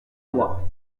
moi